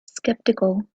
skeptical